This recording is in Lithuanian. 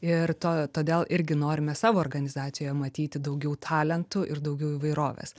ir to todėl irgi norime savo organizacijoje matyti daugiau talentų ir daugiau įvairovės